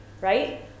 right